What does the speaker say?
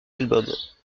albums